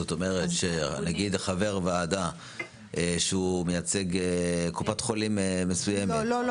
זאת אומרת שחבר ועדה שהוא מייצג קופת חולים מסוימת --- לא,